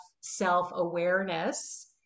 self-awareness